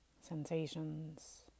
sensations